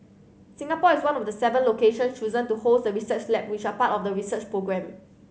Singapore is one of the seven location chosen to host the research lab which are part of the research programme